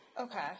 Okay